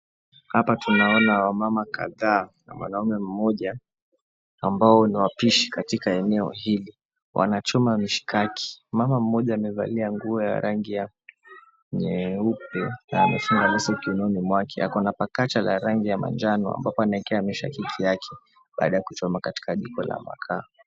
Hapa tunaona wamama kadhaa na mwanaume mmoja ambaye ni wapishi katika eneo hili. Wanachoma mishikaki. Mama mmoja amevalia nguo ya rangi ya nyeupe na amefunga leso kiunoni mwake. Ako na pakacha la rangi ya manjano ambapo anawekea mishikaki yake baada ya kuchoma katika jiko la makaa.